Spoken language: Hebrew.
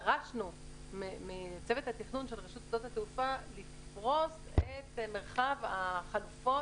דרשנו מצוות התכנון של רשות שדות התעופה לפרוס את מרחב החלופות